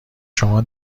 شما